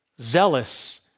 zealous